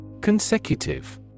Consecutive